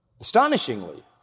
astonishingly